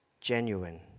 genuine